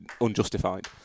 unjustified